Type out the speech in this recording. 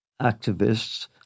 activists